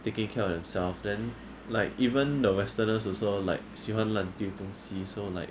taking care of themselves then like even the westerners also like 喜欢乱丢东西 so like